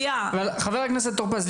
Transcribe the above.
חבר הכנסת טור פז,